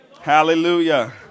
Hallelujah